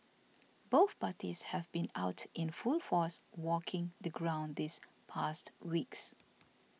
both parties have been out in full force walking the ground these past weeks